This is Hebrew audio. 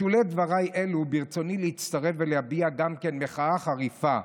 בשולי דבריי אלו ברצוני להצטרף ולהביע גם כן מחאה חריפה,